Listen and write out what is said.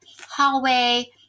hallway